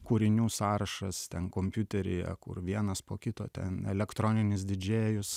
kūrinių sąrašas ten kompiuteryje kur vienas po kito ten elektroninis didžėjus